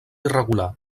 irregular